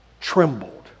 trembled